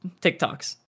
TikToks